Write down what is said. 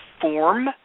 form